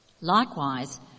Likewise